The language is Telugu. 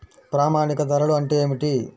ప్రామాణిక ధరలు అంటే ఏమిటీ?